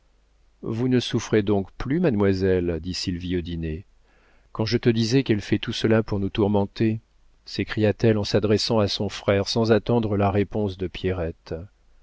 vous ne souffrez donc plus mademoiselle dit sylvie au dîner quand je te disais qu'elle fait tout cela pour nous tourmenter s'écria-t-elle en s'adressant à son frère sans attendre la réponse de pierrette